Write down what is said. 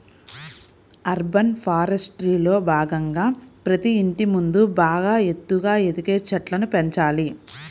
urban ఫారెస్ట్రీలో భాగంగా ప్రతి ఇంటి ముందు బాగా ఎత్తుగా ఎదిగే చెట్లను పెంచాలి